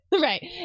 Right